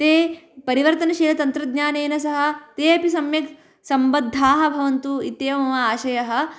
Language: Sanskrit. ते परिवर्तनशीलतन्त्रज्ञानेन सह तेपि सम्यक् सम्बद्धाः भवन्तु इत्येव मम आशयः